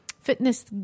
fitness